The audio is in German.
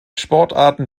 sportarten